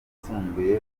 yisumbuye